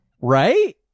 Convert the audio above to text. Right